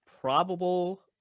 probable